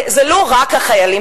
הרי זה לא רק החיילים,